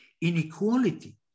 Inequality